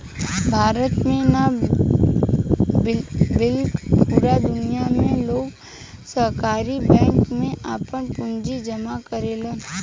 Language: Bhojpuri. भारत में ना बल्कि पूरा दुनिया में लोग सहकारी बैंक में आपन पूंजी जामा करेलन